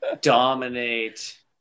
dominate